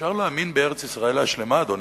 אפשר להאמין בארץ-ישראל השלמה, אדוני,